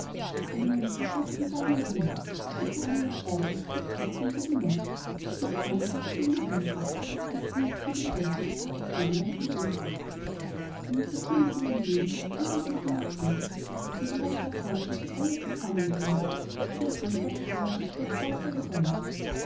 und nun flammt ganz spontan ein wille und der anlaß dazu ist nicht potsdam gegen moskau nicht langschädel gegen rundschädel nicht links gegen rechts sondern ein unrecht eine versündigung am leben hat die jungen mobilisiert ein gerechter zorn kann sie alle zusammenbringen ob sie auf westarp schwören oder preuss oder däumig